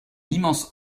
l’immense